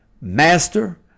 Master